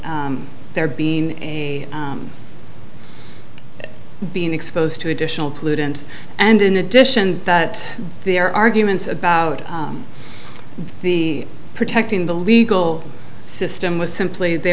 their being a being exposed to additional pollutants and in addition that their arguments about the protecting the legal system was simply they